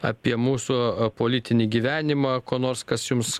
apie mūsų politinį gyvenimą ko nors kas jums